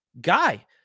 guy